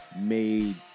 made